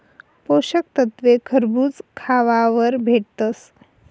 पोषक तत्वे खरबूज खावावर भेटतस